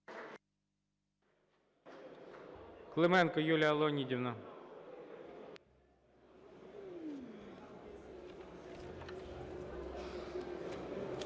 Клименко Юлія Леонідівна.